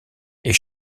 est